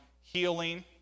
healing